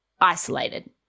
isolated